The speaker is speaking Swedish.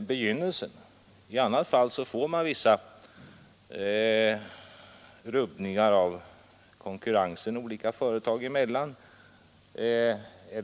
begynnelsen; i annat fall uppstår vissa rubbningar i konkurrensen olika företag emellan.